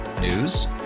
News